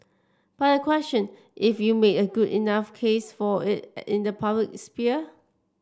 but I question if you've made a good enough case for it in the public sphere